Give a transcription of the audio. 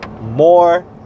more